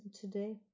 today